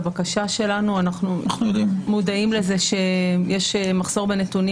אנחנו מודעים לזה שיש מחסור בנתונים,